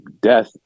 death